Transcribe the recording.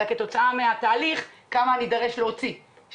אלא כמה נידרש להוציא כתוצאה מהתהליך,